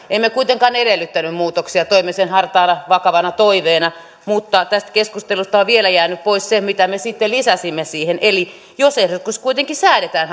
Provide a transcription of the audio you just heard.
emme kuitenkaan edellyttäneet muutoksia toimme sen hartaana vakavana toiveena mutta tästä keskustelusta on vielä jäänyt pois se mitä me sitten lisäsimme siihen eli jos ehdotus kuitenkin säädetään